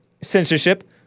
censorship